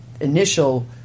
initial